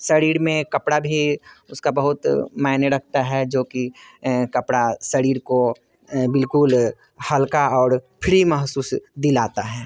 शरीर में कपड़ा भी उसका बहुत मायने रखता है जो कि कपड़ा शरीर को बिल्कुल हल्का और फ्री महसूस दिलाता है